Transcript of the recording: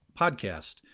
podcast